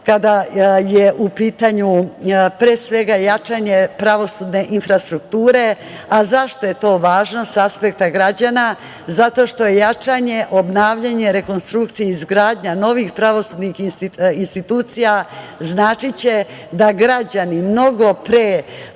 kada je u pitanju, pre svega, jačanje pravosudne infrastrukture. Zašto je to važno sa aspekta građana? Zato što će jačanje, obnavljanje, rekonstrukcija i izgradnja novih pravosudnih institucija značiti da građani mnogo pre